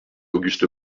auguste